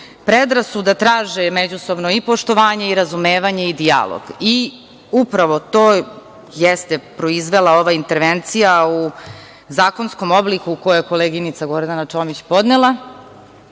predrasuda traže međusobno i poštovanje i razumevanje i dijalog. Upravo to jeste proizvela ova intervencija u zakonskom obliku koju je koleginica Gordana Čomić podnela.